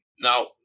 Now